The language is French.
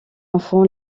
enfant